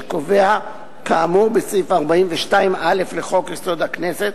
שקובע כאמור סעיף 42א לחוק-יסוד: הכנסת,